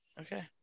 Okay